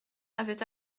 avait